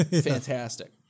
fantastic